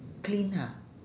clean ha